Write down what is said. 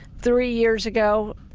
three years ago,